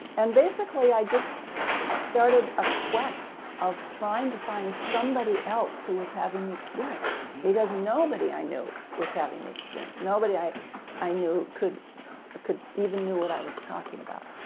and basically i just started a quest of trying to find somebody else who was having the experience, because nobody i knew was having the experience, nobody i i knew could could even know what i was talking about.